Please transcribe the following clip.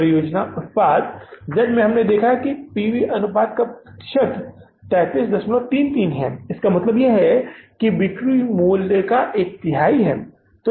परियोजना उत्पाद जेड में हमने देखा है कि पी वी अनुपात 3333 प्रतिशत है इसका मतलब बिक्री मूल्य का एक तिहाई है लाभ है